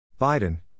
Biden